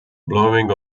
blowing